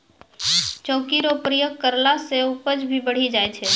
चौकी रो प्रयोग करला से उपज भी बढ़ी जाय छै